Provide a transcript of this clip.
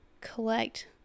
collect